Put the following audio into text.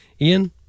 Ian